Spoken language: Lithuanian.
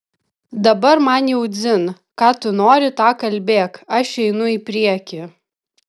dabar man jau dzin ką tu nori tą kalbėk aš einu į priekį